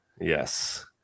Yes